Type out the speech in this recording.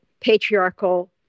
patriarchal